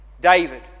David